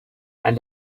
and